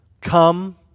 Come